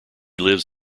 lives